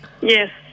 Yes